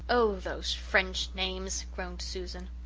oh, those french names, groaned susan.